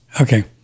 Okay